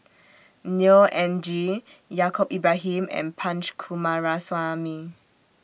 Neo Anngee Yaacob Ibrahim and Punch Coomaraswamy